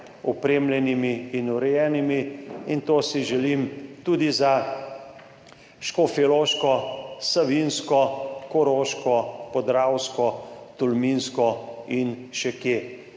opremljenimi in urejenimi in to si želim tudi za škofjeloško, savinjsko, koroško, podravsko, tolminsko in še kje.